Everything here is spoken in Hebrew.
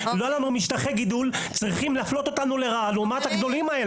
לא היו לנו משטחי גידול צריכים להפלות אותנו לרעה לעומת הגדולים?